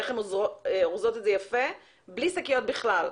איך הן אורזות את זה יפה בלי שקיות בכלל.